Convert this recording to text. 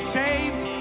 saved